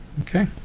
okay